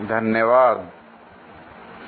धन्यवादl